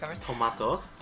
Tomato